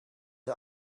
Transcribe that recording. the